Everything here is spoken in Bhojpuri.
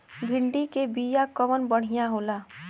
भिंडी के बिया कवन बढ़ियां होला?